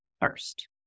first